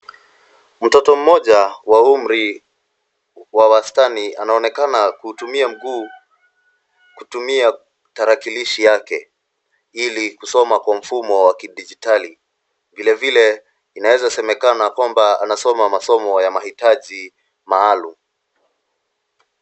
Mtoto mmoja wa umri wa wastani anaonekana kuutumia mguu kutumia talakilishi yake ili kusoma kwa mfumo wa kidijitali vile vile inaweza semekana kwamba anasoma masomo ya mahitaji maalum.